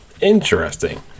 interesting